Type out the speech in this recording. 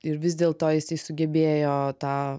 ir vis dėlto jisai sugebėjo tą